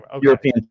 European